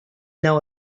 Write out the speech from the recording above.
know